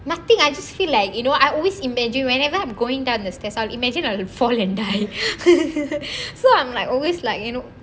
nothing I just feel like you know I always imagine whenever I'm going down the stairs I'll imagine like I will fall and die tsk tsk tsk so I'm like always like you know